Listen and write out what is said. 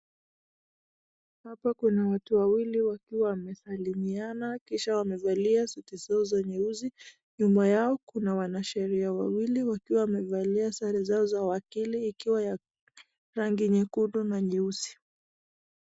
Hapa kuna watu wawili wakiwa wamesalimiana kisha wamevalia suti zao za nyeusi. Nyuma yao kuna wanasheria wawili wakiwa wamevalia sare zao za wakili ikiwa ya rangi nyekundu na nyeusi.